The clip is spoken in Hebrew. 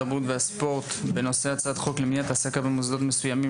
התרבות והספורט בנשוא הצעת חוק למניעת העסקה במוסדות מסוימים